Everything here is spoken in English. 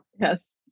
Yes